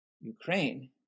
Ukraine